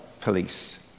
police